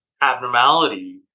abnormality